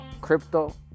crypto